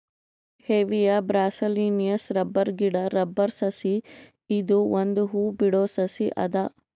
Hevea ಬ್ರಾಸಿಲಿಯೆನ್ಸಿಸ್ rubber ಗಿಡಾ rubber ಸಸಿ ಇದು ಒಂದ್ ಹೂ ಬಿಡೋ ಸಸಿ ಅದ